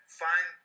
find